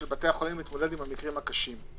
בתי החולים להתמודד עם המקרים הקשים.